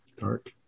dark